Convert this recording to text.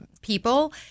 people